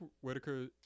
Whitaker